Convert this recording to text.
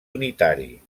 unitari